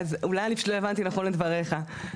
אולי לא הבנתי נכון את דבריך.